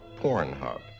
Pornhub